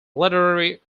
literary